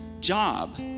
job